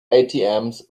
atms